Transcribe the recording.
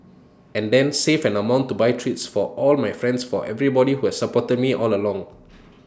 and then save an amount to buy treats for all my friends for everybody who has supported me all along